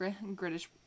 British